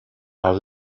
are